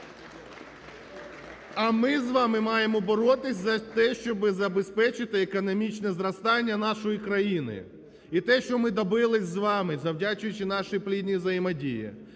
А ми з вами маємо боротися за те, щоб забезпечити економічне зростання нашої країни. І те, що ми добились з вами, завдячуючи нашій плідній взаємодії,